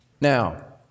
Now